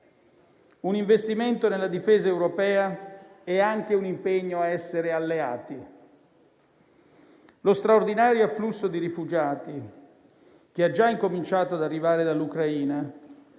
Un investimento nella difesa europea è anche un impegno a essere alleati. Lo straordinario afflusso di rifugiati, che ha già incominciato ad arrivare dall'Ucraina,